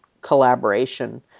collaboration